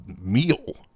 meal